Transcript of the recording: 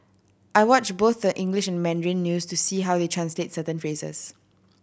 I watch both the English and Mandarin news to see how they translate certain phrases